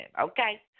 okay